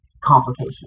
complication